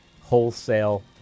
wholesale